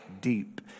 deep